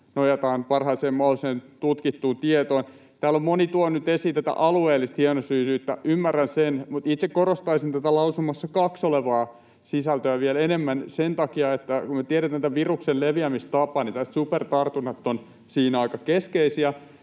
nojataan parhaaseen mahdolliseen tutkittuun tietoon. Täällä on moni tuonut esiin tätä alueellista hienosyisyyttä. Ymmärrän sen, mutta itse korostaisin tätä lausumassa 2 olevaa sisältöä vielä enemmän sen takia, että kun me tiedetään tämän viruksen leviämistapa, niin tällaiset supertartunnat ovat siinä aika keskeisiä.